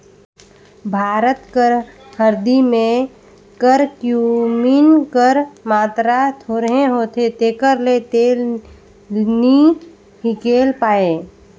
भारत कर हरदी में करक्यूमिन कर मातरा थोरहें होथे तेकर ले तेल नी हिंकेल पाए